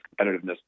competitiveness